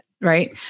right